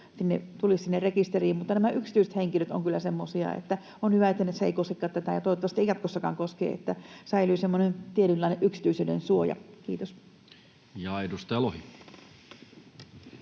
tulisi sinne rekisteriin, mutta nämä yksityiset henkilöt ovat kyllä semmoisia, että on hyvä, että nyt se ei koskekaan heitä, ja toivottavasti ei jatkossakaan koske, niin että säilyy semmoinen tietynlainen yksityisyydensuoja. — Kiitos. Edustaja Lohi.